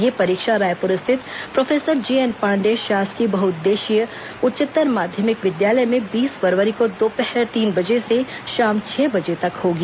यह परीक्षा रायपुर स्थित प्रोफेसर जेएन पांडेय शासकीय बहुउद्देशीय उच्चतर माध्यमिक विद्यालय में बीस फरवरी को दोपहर तीन बजे से शाम छह बजे तक होगी